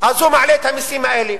הוא מעלה את המסים האלה.